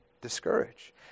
discouraged